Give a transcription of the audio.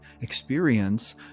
experience